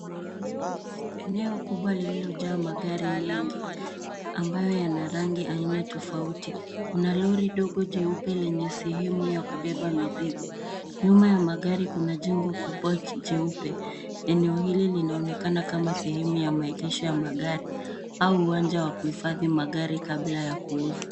Eneo kubwa lililojaa magari mengi ambayo yana rangi aina tofauti. Kuna lori dogo jeupe lenye sehemu ya kubeba mizigo. Nyuma ya magari kuna jengo kubwa jeupe. Eneo hili linaonekana kama sehemu ya maegesho ya magari au uwanja wa kuhifadhi magari kabla ya kuuza.